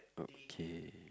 okay